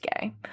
gay